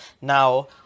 now